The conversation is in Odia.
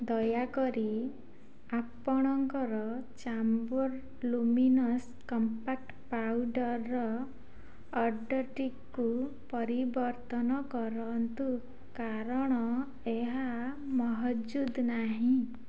ଦୟାକରି ଆପଣଙ୍କର ଚାମ୍ବୋର ଲୁମିନସ୍ କମ୍ପାକ୍ଟ ପାଉଡ଼ର୍ର ଅର୍ଡ଼ର୍ଟିକୁ ପରିବର୍ତ୍ତନ କରନ୍ତୁ କାରଣ ଏହା ମହଜୁଦ ନାହିଁ